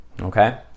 Okay